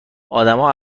آدما